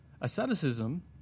Asceticism